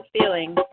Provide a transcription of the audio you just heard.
feeling